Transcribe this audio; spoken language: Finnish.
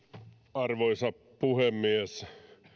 arvoisa puhemies